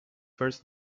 first